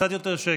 קצת יותר שקט.